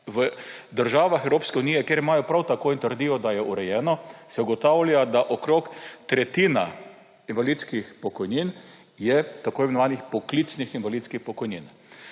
V državah Evropske unije, kjer imajo prav tako in trdijo, da je urejeno, se ugotavlja, da je okrog tretjina invalidskih pokojnin tako imenovanih poklicnih invalidskih pokojnin.